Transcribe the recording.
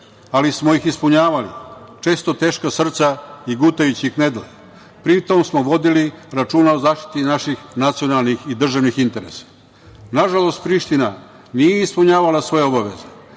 ali smo ih ispunjavali, često teška srca i gutajući knedle. Pri tom smo vodili računa o zaštiti naših nacionalnih i državnih interesa. Nažalost, Priština nije ispunjavala svoje obaveze.